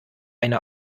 eine